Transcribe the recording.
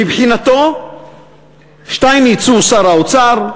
מבחינתו שטייניץ הוא שר האוצר,